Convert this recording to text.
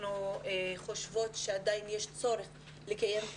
אנחנו חושבות שעדיין יש צורך לקיים את